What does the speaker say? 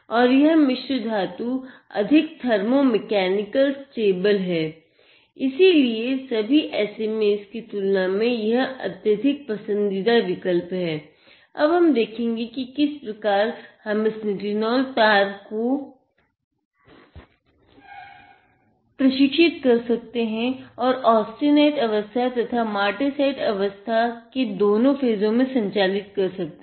और यह मिश्रधातु अधिक थर्मो मैकेनिकल स्टेबल के दोनों फेजों में संचालित कर सकते हैं